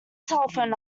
telephone